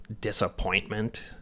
disappointment